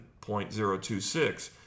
0.026